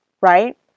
right